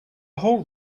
whole